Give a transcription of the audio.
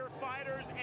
fighters